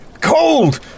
Cold